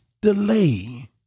delay